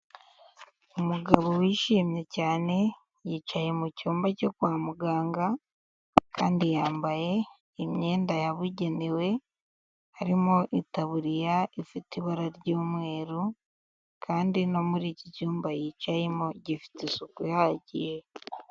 Umugabo wishimye cyane, yicaye mu cyumba cyo kwa muganga kandi yambaye imyenda yabugenewe, harimo itaburiya ifite ibara ry'umweru kandi no muri iki cyumba yicayemo gifite isuku ihagije.